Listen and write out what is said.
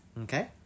Okay